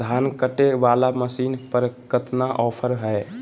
धान कटे बाला मसीन पर कतना ऑफर हाय?